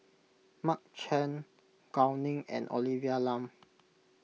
Mark Chan Gao Ning and Olivia Lum